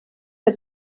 had